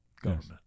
government